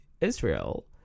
Israel